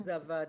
זה הוועדה.